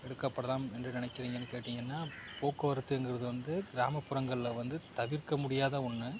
எடுக்கப்படலாம் என்று நினைக்கிறீங்கன்னு கேட்டீங்கன்னால் போக்குவரத்துங்குறது வந்து கிராமப்புறங்களில் வந்து தவிர்க்க முடியாத ஒன்று